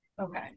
Okay